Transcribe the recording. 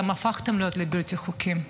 אתם הפכתם להיות בלתי חוקיים,